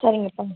சரிங்கப்பா